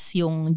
yung